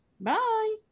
Bye